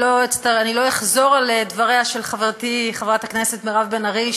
אני לא אחזור על דבריה של חברתי חברת הכנסת מירב בן ארי,